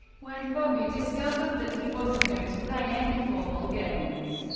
when bobby discovered that he wasn't going to play any formal games.